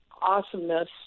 awesomeness